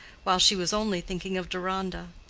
while she was only thinking of deronda.